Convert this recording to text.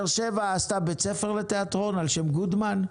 באר שבע עשתה בית ספר לתיאטרון על שם גודמן,